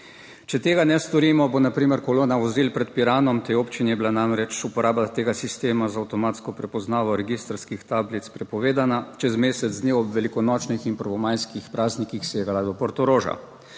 Če tega ne storimo, bo na primer kolona vozil pred Piranom, v tej občini je bila namreč uporaba tega sistema za avtomatsko prepoznavo registrskih tablic prepovedana, čez mesec dni ob velikonočnih in prvomajskih praznikih segala do Portoroža.